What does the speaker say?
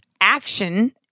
action